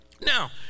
Now